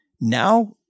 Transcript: Now